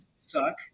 suck